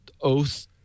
Oath